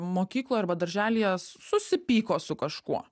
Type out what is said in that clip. mokykloj arba darželyje susipyko su kažkuo